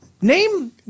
name